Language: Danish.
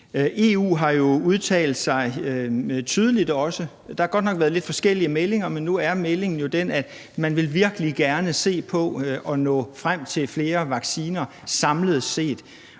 EU har jo også udtalt sig tydeligt. Der har godt nok været lidt forskellige meldinger, man nu er meldingen jo den, at man virkelig gerne vil se på at nå frem til flere vacciner samlet set.